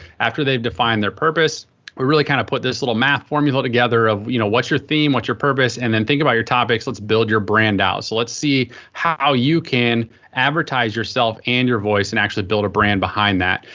after they've defined their purpose we really kind of put this little math formula together of you know what's your theme, what's your purpose, and then think about your topics, let's build your brand out. so let's see how you can advertise yourself and your voice and actually build a brand behind that.